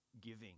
giving